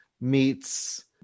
meets